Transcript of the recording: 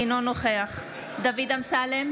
אינו נוכח דוד אמסלם,